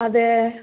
അതെ